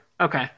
Okay